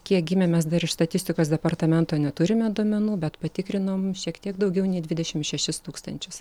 kiek gimė mes dar iš statistikos departamento neturime duomenų bet patikrinom šiek tiek daugiau nei dvidešimt šešis tūkstančius